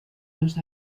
los